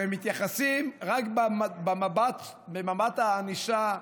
ומתייחסים לפוגע רק במבט הענישה.